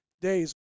days